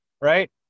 Right